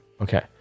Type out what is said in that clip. Okay